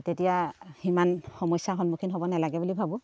তেতিয়া সিমান সমস্যাৰ সন্মুখীন হ'ব নালাগে বুলি ভাবোঁ